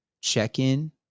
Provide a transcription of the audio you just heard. check-in